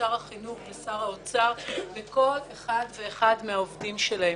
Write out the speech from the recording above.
שר החינוך ושר האוצר וכל אחד ואחד מהעובדים שלהם.